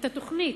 את התוכנית,